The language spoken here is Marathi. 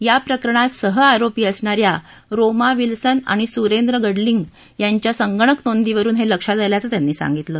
या प्रकरणात सहआरोपी असणाऱ्या रोमा विल्सन आणि सुरेंद्र गडलिंग यांच्या संगणक नोंदींवरून हे लक्षात आल्याचं त्यांनी सांगितलं